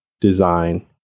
design